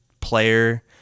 player